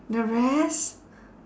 the rest